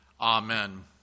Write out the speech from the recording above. Amen